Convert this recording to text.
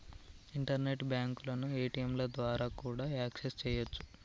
internet బ్యాంకులను ఏ.టీ.యంల ద్వారా కూడా యాక్సెస్ చెయ్యొచ్చు